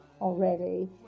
already